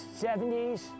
70s